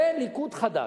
זה ליכוד חדש.